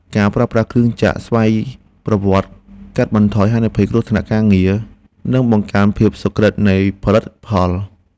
ការប្រើប្រាស់គ្រឿងចក្រស្វ័យប្រវត្តិកាត់បន្ថយហានិភ័យគ្រោះថ្នាក់ការងារ និងបង្កើនភាពសុក្រឹតនៃផលិតផល។